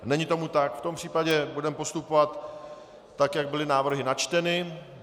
Není tomu tak, v tom případě budeme postupovat tak, jak byly návrhy načteny.